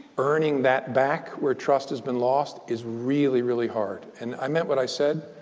burning that back, where trust has been lost, is really, really hard. and i meant what i said.